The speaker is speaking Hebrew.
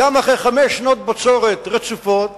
גם אחרי חמש שנות בצורת רצופות,